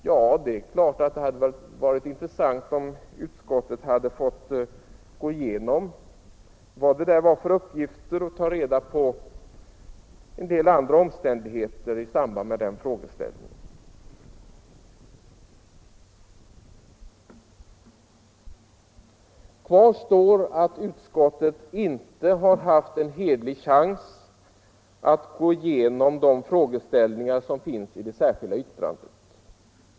Ja, det är klart att det hade varit intressant om utskottet hade fått tillfälle att gå igenom varifrån den uppgiften kommer och en del andra omständigheter i det sammanhanget. Kvar står att utskottet inte haft en hederlig chans att gå igenom de frågeställningar som finns i det särskilda yttrandet.